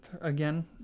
again